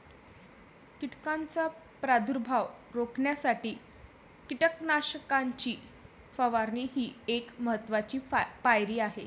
कीटकांचा प्रादुर्भाव रोखण्यासाठी कीटकनाशकांची फवारणी ही एक महत्त्वाची पायरी आहे